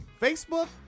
Facebook